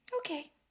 okay